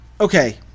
Okay